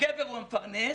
הגבר הוא המפרנס,